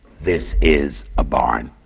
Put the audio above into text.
this is a barn,